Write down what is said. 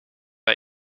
wij